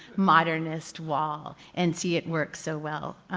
modernist wall and see it works so well.